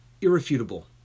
irrefutable